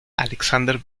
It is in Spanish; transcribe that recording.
alexander